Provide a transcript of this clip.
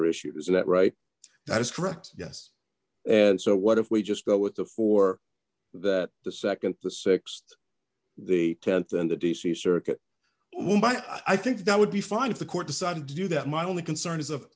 or issues that right that is correct yes and so what if we just go with the four that the nd the sixt the th and the d c circuit i think that would be fine if the court decided to do that my only concern is of